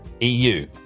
eu